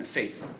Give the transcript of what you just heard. faith